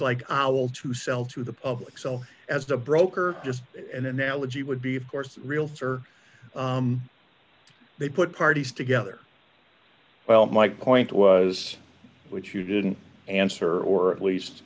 like to sell to the public so as a broker just an analogy would be of course realtor they put parties together well my point was which you didn't answer or at least